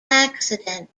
accident